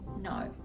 no